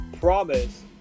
Promise